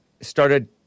started